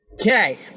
Okay